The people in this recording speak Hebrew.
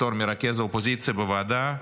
בתור מרכז האופוזיציה בוועדה,